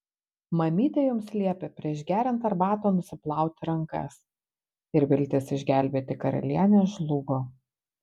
mamytė jums liepė prieš geriant arbatą nusiplauti rankas ir viltis išgelbėti karalienę žlugo